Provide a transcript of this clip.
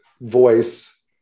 voice